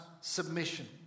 submission